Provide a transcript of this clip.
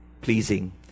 pleasing